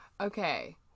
okay